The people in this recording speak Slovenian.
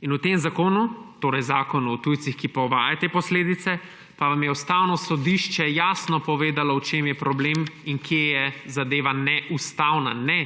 In v tem zakonu, torej Zakonu o tujcih, ki pa uvaja te posledice, pa vam je Ustavno sodišče jasno povedalo, v čem je problem in kje je zadeva neustavna. Ne,